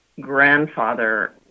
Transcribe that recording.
grandfather